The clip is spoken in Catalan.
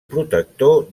protector